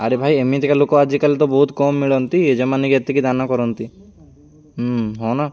ଆରେ ଭାଇ ଏମିତିକା ଲୋକ ଆଜିକାଲି ତ ବହୁତ କମ୍ ମିଳନ୍ତି ଯେଉଁମାନେକି ଏତିକି ଦାନ କରନ୍ତି ହୁଁ ହଁ ନା